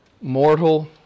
mortal